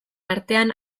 artean